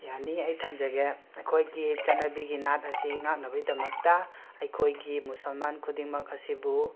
ꯌꯥꯅꯤ ꯑꯩ ꯊꯝꯖꯒꯦ ꯑꯩꯈꯣꯏꯒꯤ ꯆꯠꯅꯕꯤꯒꯤ ꯅꯥꯠ ꯑꯁꯤ ꯉꯥꯛꯅꯕꯩꯗꯃꯛꯇ ꯑꯩꯈꯣꯏꯒꯤ ꯃꯨꯁꯜꯃꯥꯟ ꯈꯨꯗꯤꯡꯃꯛ ꯑꯁꯤꯕꯨ